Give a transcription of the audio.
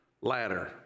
ladder